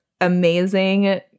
amazing